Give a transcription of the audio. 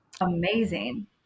Amazing